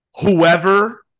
whoever